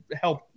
help